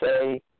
say